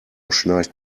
schnarcht